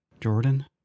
Jordan